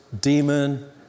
demon